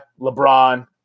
lebron